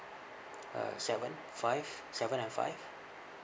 uh seven five seven and five